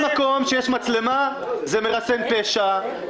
ישיבות עירייה שמשודרות בשידור חי.